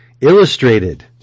illustrated